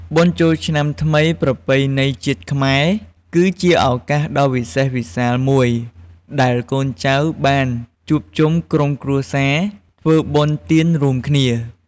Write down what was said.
បុណ្យចូលឆ្នាំថ្មីប្រពៃណីជាតិខ្មែរ គឺជាឱកាសដ៏វិសេសវិសាលមួយដែលកូនចៅបានជួបជុំក្រុមគ្រួសារ ធ្វើបុណ្យទានរួមគ្នា។